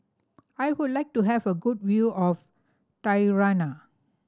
I would like to have a good view of Tirana